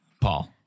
Paul